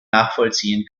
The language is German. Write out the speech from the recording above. nachvollziehen